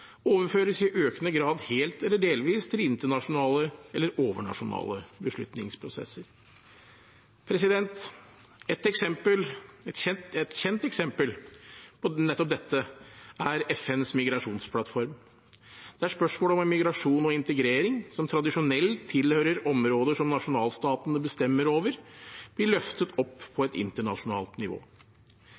overføres i økende grad helt eller delvis til internasjonale eller overnasjonale beslutningsprosesser. Et kjent eksempel på nettopp dette er FNs migrasjonsplattform, der spørsmål om migrasjon og integrering, som tradisjonelt tilhører områder som nasjonalstatene bestemmer over, blir løftet opp på et internasjonalt nivå.